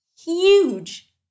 huge